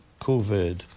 COVID